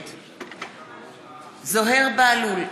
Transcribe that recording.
נגד זוהיר בהלול,